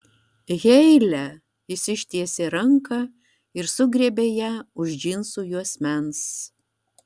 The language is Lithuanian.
heile jis ištiesė ranką ir sugriebė ją už džinsų juosmens